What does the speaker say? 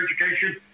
Education